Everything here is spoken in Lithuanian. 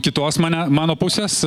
kitos mane mano pusės